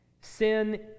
Sin